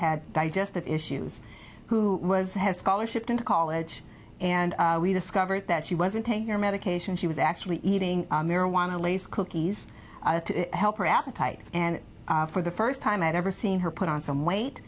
had digestive issues who was head scholarship into college and we discovered that she wasn't taking your medication she was actually eating marijuana least cookies to help her appetite and for the first time i'd ever seen her put on some weight